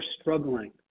struggling